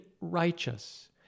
righteous